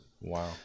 Wow